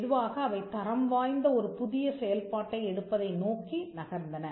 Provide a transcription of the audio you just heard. மெதுவாக அவை தரம்வாய்ந்த ஒரு புதிய செயல்பாட்டை எடுப்பதை நோக்கி நகர்ந்தன